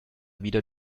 wieder